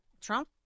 Trump